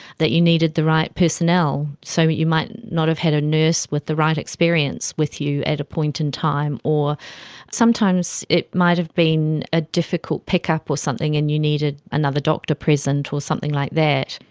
that you needed the right personnel, so you might not have a nurse with the right experience with you at a point in time. or sometimes it might have been a difficult pickup or something and you needed another doctor present or something like that.